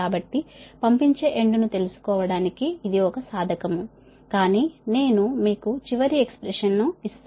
కాబట్టి పంపించే ఎండ్ ను తెలుసుకోవడానికి ఇది ఒక సాధకము కానీ నేను మీకు చివరి ఎక్స్ ప్రెషన్ ను ఇస్తున్నాను